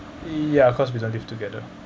ya cause we don't live together